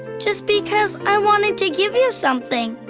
just because i wanted to give you something.